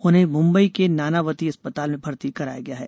उन्हें मुम्बई के नानावती अस्पताल में भर्ती कराया गया है